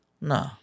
nah